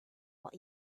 what